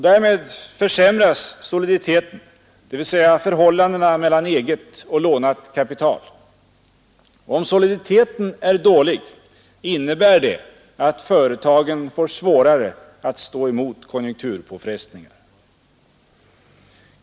Därmed försämras soliditeten, dvs. förhållandet mellan eget och lånat kapital. Om soliditeten är dålig innebär det att företagen får svårare att stå emot konjunkturpåfrestningen.